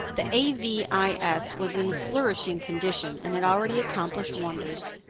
the a v i s. was in a flourishing condition, and had already accomplished wonders.